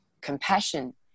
compassion